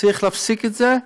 וצריך להפסיק את זה.